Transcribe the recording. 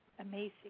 amazing